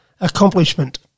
accomplishment